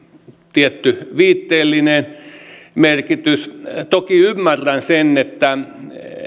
tietty viitteellinen merkitys toki ymmärrän sen että